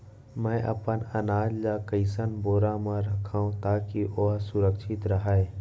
मैं अपन अनाज ला कइसन बोरा म रखव ताकी ओहा सुरक्षित राहय?